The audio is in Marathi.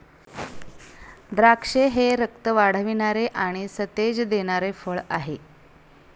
द्राक्षे हे रक्त वाढवणारे आणि सतेज देणारे फळ आहे